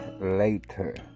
Later